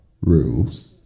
rules